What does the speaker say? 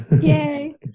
Yay